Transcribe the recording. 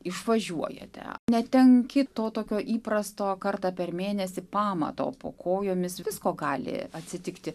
išvažiuojate netenki to tokio įprasto kartą per mėnesį pamato po kojomis visko gali atsitikti